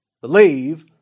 believe